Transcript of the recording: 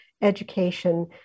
education